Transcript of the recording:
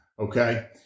Okay